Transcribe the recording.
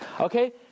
Okay